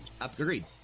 agreed